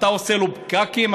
אתה עושה לו פקקים,